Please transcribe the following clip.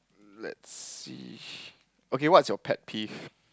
let's see okay what's your pet peeve